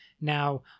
Now